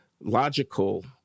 logical